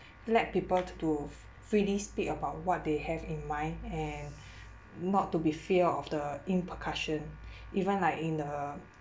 let people to f~ freely speak about what they have in mind and not to be fear of the in percussion even like in the